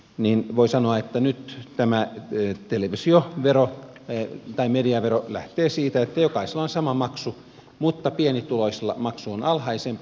niin voi sanoa että ilmaiseksi tämä televisiovero tai mediavero lähtee siitä että jokaisella on sama maksu mutta pienituloisella maksu on alhaisempi